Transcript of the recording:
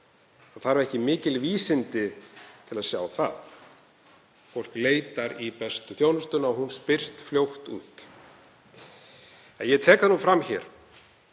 Það þarf ekki mikil vísindi til að sjá það, fólk leitar í bestu þjónustuna og hún spyrst fljótt út. Ég tek það fram hér,